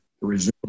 resume